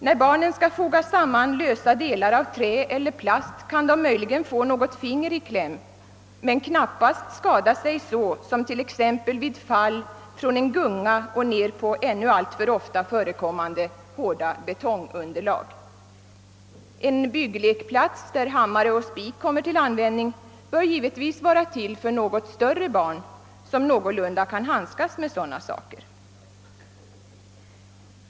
När barnen skall foga samman lösa delar av trä eller plast kan de möjligen få något finger i kläm men knappast skada sig så som t.ex. vid fall från en gunga ned på ett, ännu alltför ofta förekommande, betongunderlag. En bygglekplats där hammare och spik kommer till användning bör givetvis vara till för något större barn, som någorlunda kan handskas med sådana saker.